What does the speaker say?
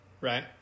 right